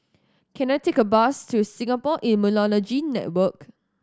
can I take a bus to Singapore Immunology Network